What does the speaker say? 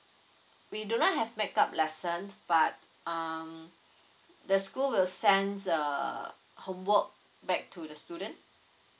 we do not have back up lesson but um the school will send uh homework back to the student